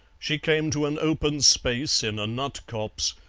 she came to an open space in a nut copse,